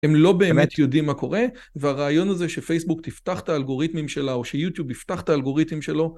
הם לא באמת יודעים מה קורה, והרעיון הזה שפייסבוק תפתח את האלגוריתמים שלה, או שיוטיוב יפתח את האלגוריתמים שלו,